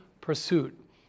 pursuit